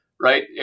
right